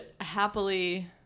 happily